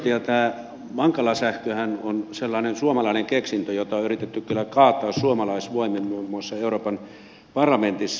tämä mankala sähköhän on sellainen suomalainen keksintö jota on yritetty kyllä kaataa suomalaisvoimin muun muassa euroopan parlamentissa